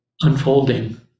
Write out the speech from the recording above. unfolding